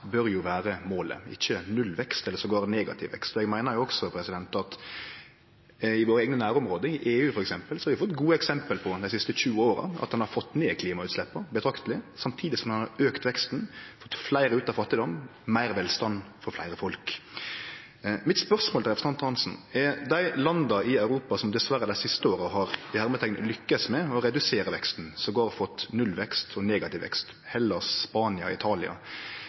bør jo vere målet, ikkje nullvekst, eller jamvel negativ vekst. Eg meiner også at vi i våre eigne nærområde, i f.eks. EU, dei siste tjue åra har sett gode eksempel på at ein har fått ned klimautsleppa betrakteleg, samtidig som ein har auka veksten. Ein har fått fleire ut av fattigdom og meir velstand for fleire folk. Mitt spørsmål til representanten Hansson er: Når det gjeld dei landa i Europa som dessverre dei siste åra har «lukkast» med å redusere veksten, jamvel fått nullvekst og negativ vekst, Hellas, Spania og Italia,